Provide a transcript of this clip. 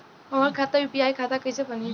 हमार खाता यू.पी.आई खाता कइसे बनी?